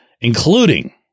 including